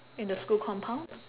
in the school compound